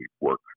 work